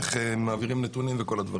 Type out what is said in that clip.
איך מעבירים נתונים וכולי.